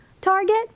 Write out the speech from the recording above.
target